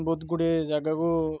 ବହୁତ ଗୁଡ଼ିଏ ଜାଗାକୁ